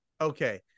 Okay